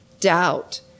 doubt